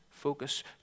focus